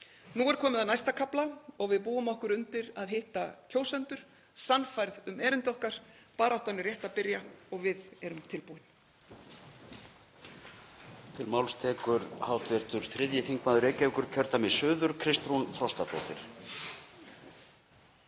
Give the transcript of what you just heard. Nú er komið að næsta kafla og við búum okkur undir að hitta kjósendur sannfærð um erindi okkar. Baráttan er rétt að byrja og við erum tilbúin.